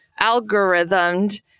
algorithmed